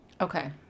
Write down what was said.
Okay